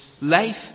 life